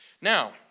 Now